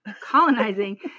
colonizing